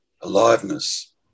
aliveness